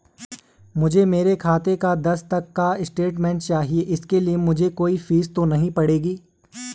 मुझे मेरे खाते का दस तक का स्टेटमेंट चाहिए इसके लिए मुझे कोई फीस तो नहीं पड़ेगी?